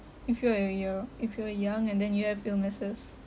if you are yo~ your if you're young and then you have illnesses